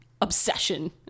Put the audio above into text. obsession